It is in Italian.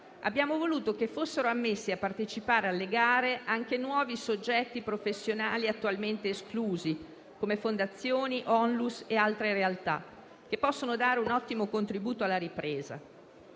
abbiamo voluto che fossero ammessi a partecipare alle gare anche nuovi soggetti professionali attualmente esclusi, come fondazioni, Onlus e altre realtà, che possono dare un ottimo contributo alla ripresa.